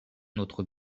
notre